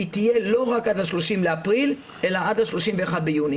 היא תהיה לא רק עד ה-30 באפריל אלא עד ה-30 ביוני.